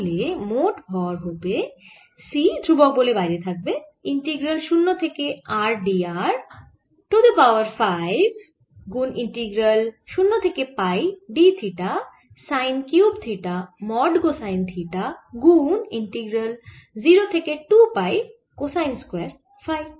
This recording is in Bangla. তাহলে মোট ভর হবে C ধ্রুবক বলে বাইরে থাকবে ইন্টিগ্রাল 0 থেকে R d r r to the power 5গুন ইন্টিগ্রাল 0 থেকে pi d theta sine cube theta mod cosine theta গুন ইন্টিগ্রাল 0 থেকে 2 পাই কোসাইন স্কয়ার ফাই